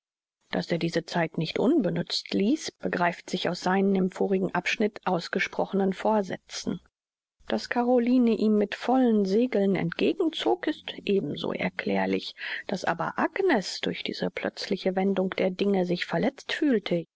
daß er diese zeit nicht unbenützt ließ begreift sich aus seinen im vorigen abschnitte ausgesprochenen vorsätzen daß caroline ihm mit vollen segeln entgegen zog ist eben so erklärlich daß aber agnes durch diese plötzliche wendung der dinge sich verletzt fühlte